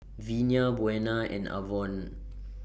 Vinie Buena and Avon